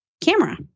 camera